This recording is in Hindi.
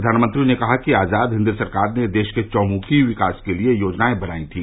प्रधानमंत्री ने कहा कि आजाद हिंद सरकार ने देश के चहुमुंखी विकास के लिए योजनाएं बनाई थी